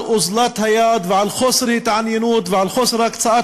על אוזלת יד ועל חוסר התעניינות ועל חוסר הקצאת